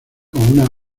como